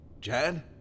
Jan